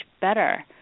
better